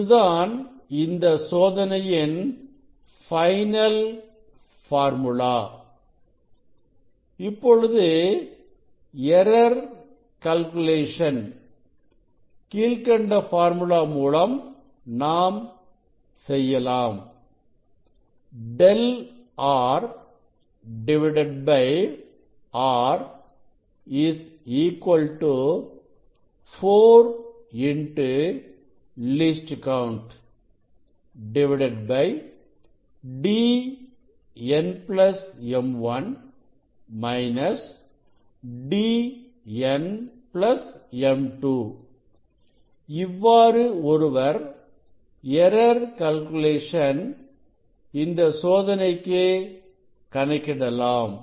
இதுதான் இந்த சோதனையின் பைனல் ஃபார்முலா இப்பொழுது எரர் கல்குலேஷன் கீழ்கண்ட பார்முலா மூலம் நாம் செய்யலாம் ẟR R 4 x LC Dnm1 - Dnm2 இவ்வாறு ஒருவர் எரர் கல்குலேஷன் இந்த சோதனைக்கு கணக்கிடலாம்